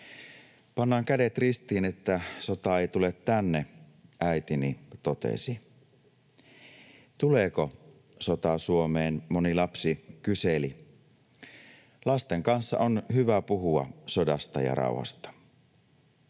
”Pannaan kädet ristiin, että sota ei tule tänne”, äitini totesi. ”Tuleeko sota Suomeen”, moni lapsi kyseli. Lasten kanssa on hyvä puhua sodasta ja rauhasta.